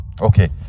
Okay